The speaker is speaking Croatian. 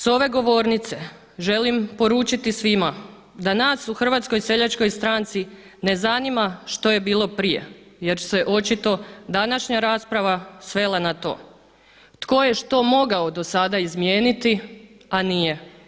S ove govornice želim poručiti svima da nas u HSS-u ne zanima što je bilo prije jer se očito današnja rasprava svela na to tko je što mogao do sada izmijeniti a nije.